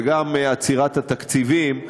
וגם עצירת התקציבים,